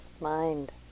mind